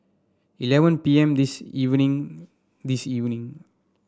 eleven P M this evening this evening